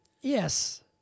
Yes